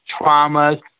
traumas